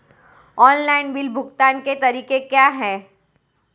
Online bill भुगतान के तरीके क्या हैं?